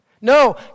No